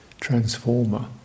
transformer